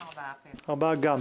הצבעה בעד, 4 נגד,